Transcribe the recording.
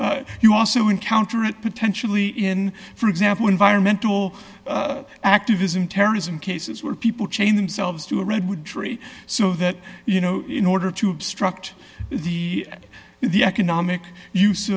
them you also encounter it potentially in for example environmental activism terrorism cases where people chain themselves to a redwood tree so that you know in order to obstruct the the economic us